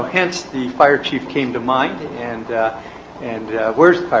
hence the fire chief came to mind and and where is